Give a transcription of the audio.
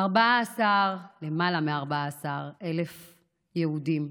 למעלה מ-14,000 יהודים,